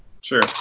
sure